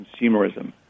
consumerism